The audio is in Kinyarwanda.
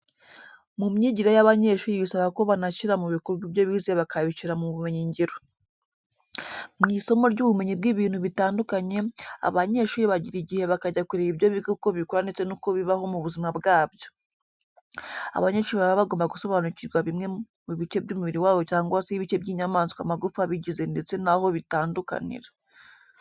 Mu myigire y'abanyeshuri bisaba ko banashyira mu bikorwa ibyo bize bakabishyira mu bumenyingiro. Mu isomo ry'ubumenyi bw'ibintu bitandukanye, abanyeshuri bagira igihe bakajya kureba ibyo biga uko bikora ndetse n'uko bibaho mu buzima bwabyo. Abanyeshuri baba bagomba gusonanukirwa bimwe mu bice by'umubiri wabo cyangwa se ibice by'inyamaswa amagufa abigize ndetse naho bitandukanira.